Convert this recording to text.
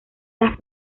las